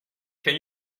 can